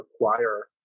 require